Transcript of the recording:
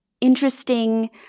interesting